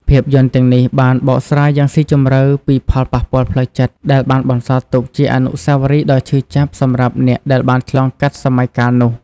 ភាពយន្តទាំងនេះបានបកស្រាយយ៉ាងស៊ីជម្រៅពីផលប៉ះពាល់ផ្លូវចិត្ត ដែលបានបន្សល់ទុកជាអនុស្សាវរីយ៍ដ៏ឈឺចាប់សម្រាប់អ្នកដែលបានឆ្លងកាត់សម័យកាលនោះ។